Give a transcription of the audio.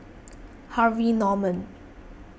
Harvey Norman